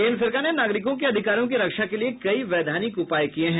केन्द्र सरकार ने नागरिकों के अधिकारों की रक्षा के लिए कई वैधानिक उपाय किए हैं